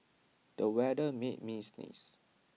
the weather made me sneeze